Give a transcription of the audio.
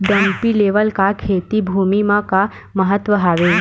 Dumpy level का खेती भुमि म का महत्व हावे?